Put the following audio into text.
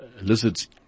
lizards